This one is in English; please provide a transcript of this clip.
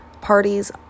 parties